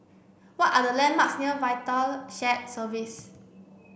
what are the landmarks near VITAL Shared Services